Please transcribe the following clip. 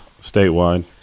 Statewide